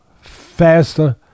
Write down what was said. faster